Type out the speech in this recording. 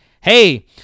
Hey